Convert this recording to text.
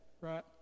right